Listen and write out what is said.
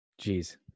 Jeez